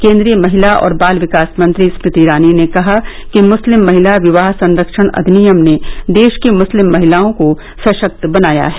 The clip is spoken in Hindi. केंद्रीय महिला और बाल विकास मंत्री स्मृति ईरानी ने कहा कि मुस्लिम महिला विवाह संरक्षण अधिनियम ने देश की मुस्लिम महिलाओं को सशक्त बनाया है